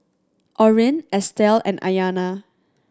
Orrin Estell and Aiyana